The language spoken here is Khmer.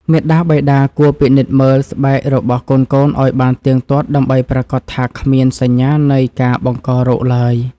មាតាបិតាគួរពិនិត្យមើលស្បែករបស់កូនៗឱ្យបានទៀងទាត់ដើម្បីប្រាកដថាគ្មានសញ្ញានៃការបង្ករោគឡើយ។